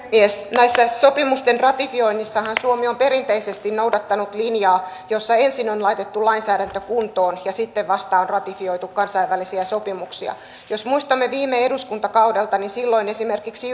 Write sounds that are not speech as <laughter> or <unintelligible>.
näissä sopimusten ratifioinneissahan suomi on perinteisesti noudattanut linjaa jossa ensin on laitettu lainsäädäntö kuntoon ja sitten vasta on ratifioitu kansainvälisiä sopimuksia jos muistamme viime eduskuntakaudelta niin silloin esimerkiksi <unintelligible>